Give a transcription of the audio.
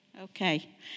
Okay